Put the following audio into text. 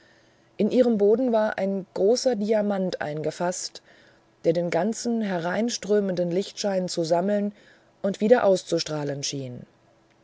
in ihren boden war ein großer diamant eingefaßt der den ganzen hereinströmenden lichtschein zu sammeln und wieder auszustrahlen schien